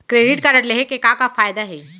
Credit card लेहे के का का फायदा हे?